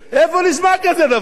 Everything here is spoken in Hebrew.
איפה נשמע כזה דבר?